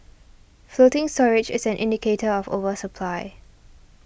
floating storage is an indicator of oversupply